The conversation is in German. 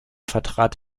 vertrat